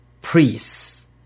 priests